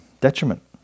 detriment